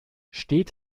steht